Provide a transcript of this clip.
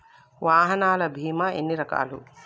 వాహనాల బీమా ఎన్ని రకాలు?